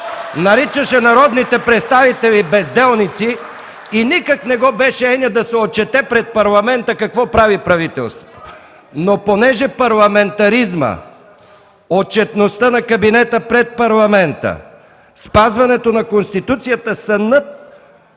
Наричаше народните представители безделници и никак не го беше еня да се отчете пред Парламента какво прави правителството. Но понеже парламентаризмът, отчетността на кабинета пред Парламента, спазването на Конституцията са над